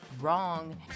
Wrong